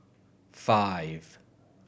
five